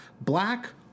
Black